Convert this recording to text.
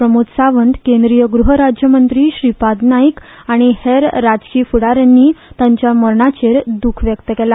प्रमोद सावंत केंद्रीय गृह राज्य ंमंत्री श्रीपाद नायक आनी हेर राजकी फुडाऱ्यानी तांच्या मरणाचेर दुख व्यक्त केला